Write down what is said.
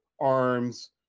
arms